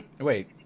Wait